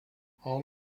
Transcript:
all